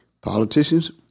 Politicians